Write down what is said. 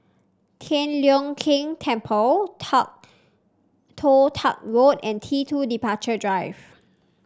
Tian Leong Keng Temple Toh Toh Tuck Road and T two Departure Drive